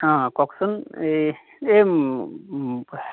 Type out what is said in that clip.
অঁ কওঁকচোন এই